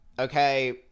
Okay